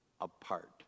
apart